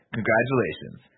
Congratulations